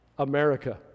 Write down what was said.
America